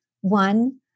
one